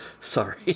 Sorry